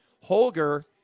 Holger